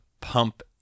pump